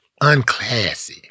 unclassy